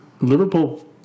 Liverpool